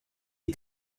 est